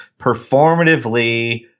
performatively